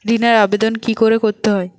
ঋণের আবেদন কি করে করতে হয়?